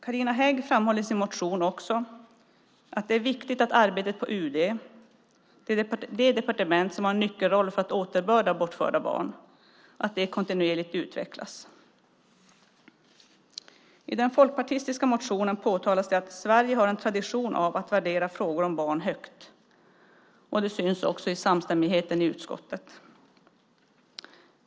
Carina Hägg framhåller i sin motion också att det är viktigt att arbetet på UD, det departement som har en nyckelroll för att återbörda bortförda barn, kontinuerligt utvecklas. I den folkpartistiska motionen påtalas det att Sverige har en tradition av att värdera frågor om barn högt. Det syns också i samstämmigheten i utskottet.